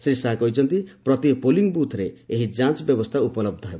ଶ୍ରୀ ଶାହା କହିଛନ୍ତି ପ୍ରତି ପୋଲିଂ ବୁଥ୍ରେ ଏହି ଯାଞ୍ଚ ବ୍ୟବସ୍ଥା ଉପଲହ୍ଧ ହେବ